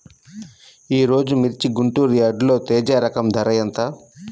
ఈరోజు మిర్చి గుంటూరు యార్డులో తేజ రకం ధర ఎంత?